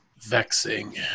vexing